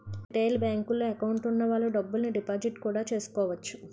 retail బేంకుల్లో account వున్న వాళ్ళు డబ్బుల్ని డిపాజిట్టు కూడా చేసుకోవచ్చు